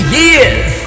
years